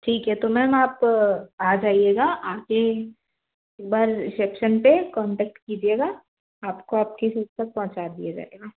ठीक है तो मैम आप आ जाइएगा आके एक बार रिशेप्शन पे कांटेक्ट कीजिएगा आपको आपकी सीट तक पहुँचा दिया जाएगा